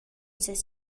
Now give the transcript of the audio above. ses